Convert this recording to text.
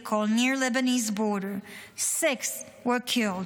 vehicles near Lebanese border, six were killed,